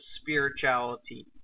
spirituality